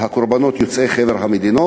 קורבנות בין יוצאי חבר המדינות